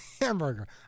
hamburger